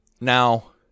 Now